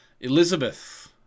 Elizabeth